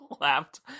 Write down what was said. laughed